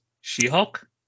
She-Hulk